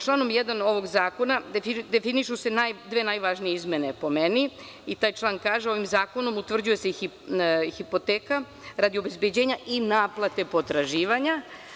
Članom 1. ovog zakona definišu se dve najvažnije izmene po meni i taj član kaže – ovim zakonom se utvrđuje hipoteka radi obezbeđenja i naplate potraživanja.